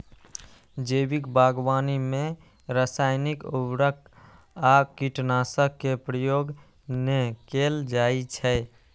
जैविक बागवानी मे रासायनिक उर्वरक आ कीटनाशक के प्रयोग नै कैल जाइ छै